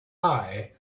eye